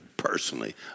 personally